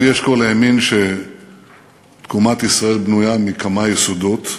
לוי אשכול האמין שתקומת ישראל בנויה מכמה יסודות,